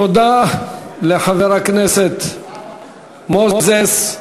תודה לחבר הכנסת מוזס.